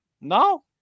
No